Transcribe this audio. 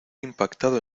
impactado